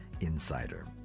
Insider